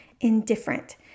indifferent